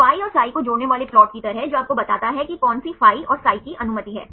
phi और psi को जोड़ने वाले प्लाट की तरह जो आपको बताता है कि कौन सी phi और psi की अनुमति है